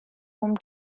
home